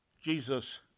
Jesus